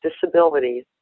disabilities